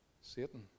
Satan